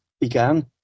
began